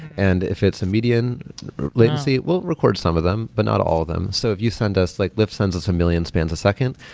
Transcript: and if it's a median latency, we'll record some of them, but not all of them. so if you send us like lyft sends us a million spans a second,